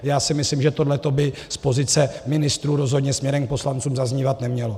Já si myslím, že tohle by z pozice ministrů rozhodně směrem k poslancům zaznívat nemělo.